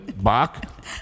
Bach